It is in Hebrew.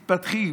מתפתחים,